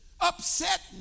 Upset